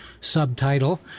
subtitle